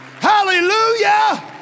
Hallelujah